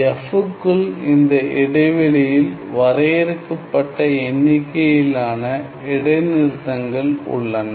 1 f க்குள் இந்த இடைவெளியில் வரையறுக்கப்பட்ட எண்ணிக்கையிலான இடைநிறுத்தங்கள் உள்ளன